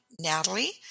Natalie